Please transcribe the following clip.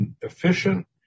efficient